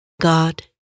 God